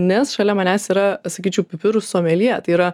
nes šalia manęs yra sakyčiau pipirų someljė tai yra